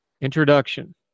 introduction